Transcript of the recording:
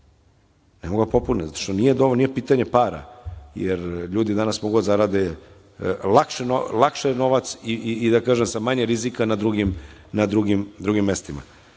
ne mogu da popune, zato što nije pitanje para, i ljudi danas mogu da zarade lakše novac i da kažem sa manje rizika na drugim mestima